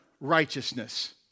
righteousness